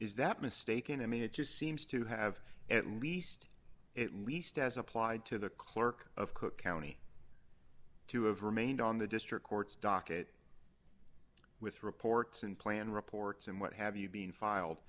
is that mistaken i mean it just seems to have at least at least as applied to the clerk of cook county to have remained on the district court's docket with reports and plan reports and what have you being filed